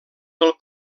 del